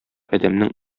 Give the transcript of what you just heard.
адәмнең